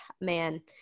man